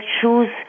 choose